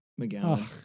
McGowan